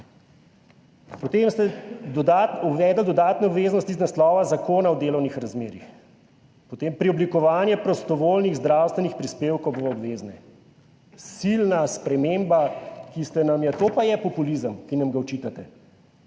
Potem ste uvedli dodatne obveznosti iz naslova Zakona o delovnih razmerjih, potem preoblikovanje prostovoljnih zdravstvenih prispevkov v obvezne, silna sprememba, ki ste nam jo, to pa je populizem, ki nam ga očitate,